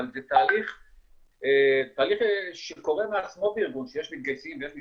אבל זה תהליך שקורה מעצמו בארגון שיש מתגייסים ויש משתחררים,